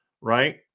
right